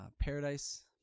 Paradise